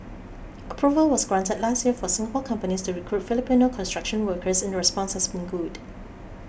approval was granted last year for Singapore companies to recruit Filipino construction workers and response has been good